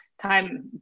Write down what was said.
time